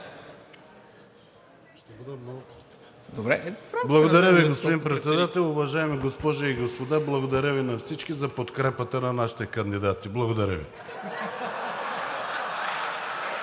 Благодаря Ви, господин Председател. Уважаеми госпожи и господа! Благодаря Ви на всички за подкрепата на нашите кандидати. Благодаря Ви.